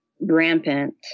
rampant